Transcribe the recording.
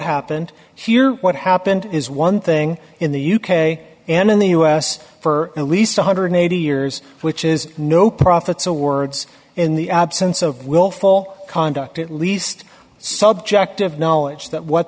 happened here what happened is one thing in the u k and in the u s for at least one hundred and eighty years which is no profit so words in the absence of willful conduct at least subjective knowledge that what